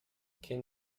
can